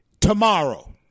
tomorrow